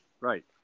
Right